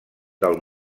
del